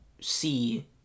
see